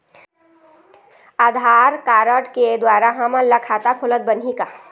आधार card के द्वारा हमन ला खाता खोलत बनही का?